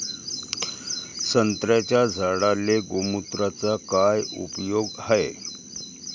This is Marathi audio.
संत्र्याच्या झाडांले गोमूत्राचा काय उपयोग हाये?